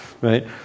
right